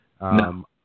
No